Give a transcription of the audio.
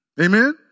amen